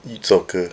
soccer